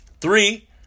Three